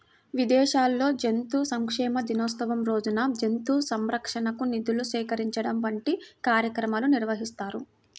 విదేశాల్లో జంతు సంక్షేమ దినోత్సవం రోజున జంతు సంరక్షణకు నిధులు సేకరించడం వంటి కార్యక్రమాలు నిర్వహిస్తారు